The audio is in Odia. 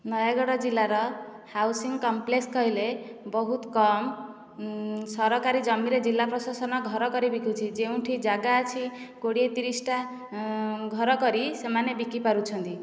ନୟାଗଡ଼ ଜିଲ୍ଲାର ହାଉସିଂ କଂପ୍ଲେକ୍ସ କହିଲେ ବହୁତ କମ୍ ଉଁ ଉଁ ସରକାରୀ ଜମିରେ ଜିଲ୍ଲା ପ୍ରଶାସନ ଘର କରି ବିକୁଛି ଯେଉଁଠି ଜାଗା ଅଛି କୋଡ଼ିଏ ତିରିଶଟା ଘର କରି ସେମାନେ ବିକି ପାରୁଛନ୍ତି